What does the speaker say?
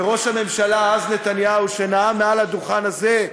וראש הממשלה אז, נתניהו, שנאם מעל הדוכן הזה,